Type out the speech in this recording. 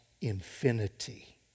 infinity